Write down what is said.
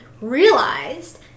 realized